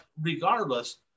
regardless